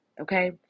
Okay